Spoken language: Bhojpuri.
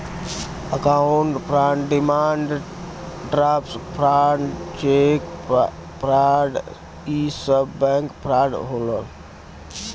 account fraud demand draft fraud cheque fraud इ सब बैंक फ्राड होलन